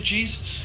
Jesus